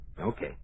Okay